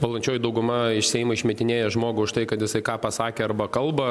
valdančioji dauguma iš seimo išmetinėja žmogų už tai kad jisai ką pasakė arba kalba